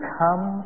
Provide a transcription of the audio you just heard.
come